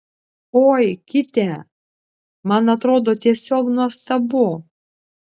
oi kitę man atrodo tiesiog nuostabu